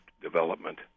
development